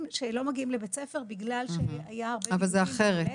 שלא מגיעים לבית הספר בגלל --- זה אחרת.